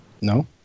No